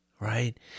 Right